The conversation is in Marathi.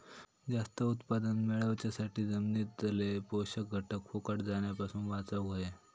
जास्त उत्पादन मेळवच्यासाठी जमिनीतले पोषक घटक फुकट जाण्यापासून वाचवक होये